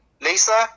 Lisa